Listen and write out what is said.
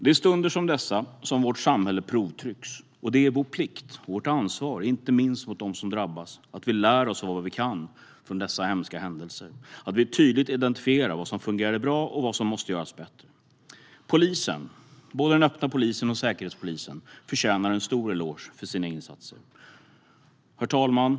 Det är i stunder som dessa som vårt samhälle provtrycks. Det är vår plikt och vårt ansvar inte minst mot dem som drabbas att vi lär oss vad vi kan av dessa hemska händelser och att vi tydligt identifierar vad som fungerade bra och vad som måste göras bättre. Polisen, både den öppna polisen och säkerhetspolisen, förtjänar en stor eloge för sina insatser.